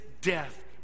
death